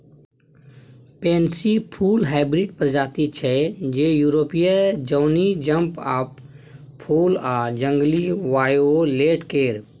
pansy फुल hybrid प्रजाति छै जे युरोपीय जौनी जंप अप फुल आ जंगली वायोलेट केर